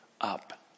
up